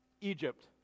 Egypt